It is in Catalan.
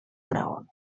graons